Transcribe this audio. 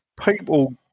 people